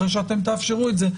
אחרי שאתם תאפשרו את זה,